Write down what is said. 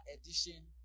edition